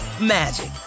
magic